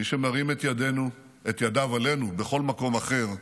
מי שמרים את ידיו עלינו בכל מקום אחר,